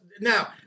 now